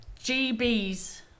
GB's